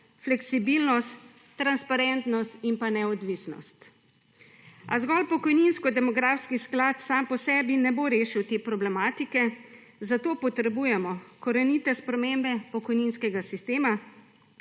fleksibilnost, transparentnost in neodvisnost. A zgolj pokojninsko demografski sklad sam po sebi ne bo rešil te problematike, zato potrebujemo korenite spremembe pokojninskega sistema,